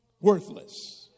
Worthless